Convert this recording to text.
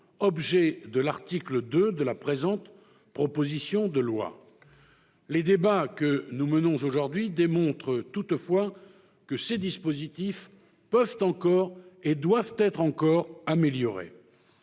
objet de l'article 2 de la présente proposition de loi. Les débats que nous menons aujourd'hui démontrent toutefois que ces dispositifs peuvent et doivent encore être améliorés.